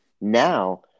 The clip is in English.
Now